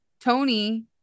Tony